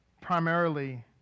primarily